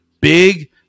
big